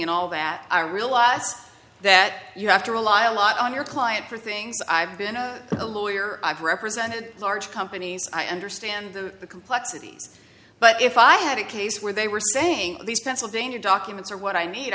of that i realize that you have to rely a lot on your client for things i've been a lawyer i've represented large companies i understand the complexity but if i had a case where they were saying these pennsylvania documents are what i